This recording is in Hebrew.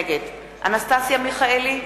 נגד אנסטסיה מיכאלי,